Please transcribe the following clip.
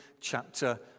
chapter